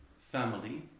family